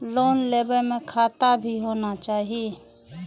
Loan लेबे में खाता भी होना चाहि?